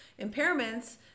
impairments